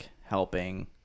helping